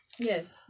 Yes